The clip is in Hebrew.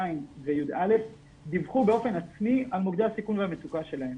ז' ו-י"א דיווחו באופן עצמי על מוקדי הסיכון והמצוקה שלהם.